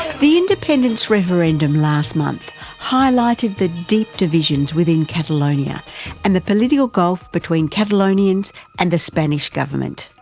the independence referendum last month highlighted the deep divisions within catalonia and the political gulf between catalonians and the spanish government.